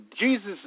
Jesus